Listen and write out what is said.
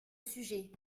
sujet